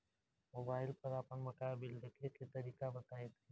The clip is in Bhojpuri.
मोबाइल पर आपन बाकाया बिल देखे के तरीका बताईं तनि?